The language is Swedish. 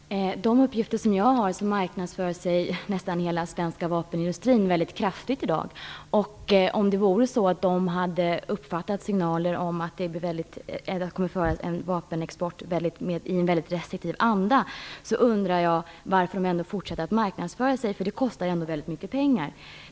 Fru talman! Enligt de uppgifter som jag har marknadsför sig nästan hela den svenska vapenindustrin mycket kraftigt i dag. Om det vore så att den hade uppfattat signaler att vapenexporten skall bedömas i en mycket restriktiv anda, undrar jag varför den fortsätter att marknadsföra sig. Det kostar ändå väldigt mycket pengar.